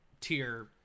tier